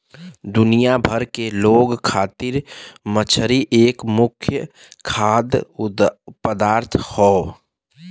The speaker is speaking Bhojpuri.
दुनिया भर के लोग खातिर मछरी एक मुख्य खाद्य पदार्थ हौ